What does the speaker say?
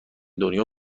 دنیا